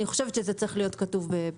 אני חושבת שזה צריך להיות כתוב בחוק.